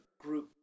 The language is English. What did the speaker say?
group